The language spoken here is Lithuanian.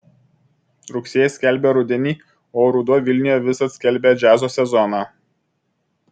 rugsėjis skelbia rudenį o ruduo vilniuje visad skelbia džiazo sezoną